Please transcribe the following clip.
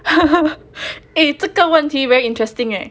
eh 这个问题 very interesting eh